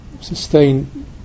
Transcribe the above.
sustain